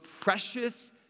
precious